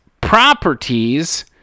properties